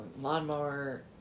lawnmower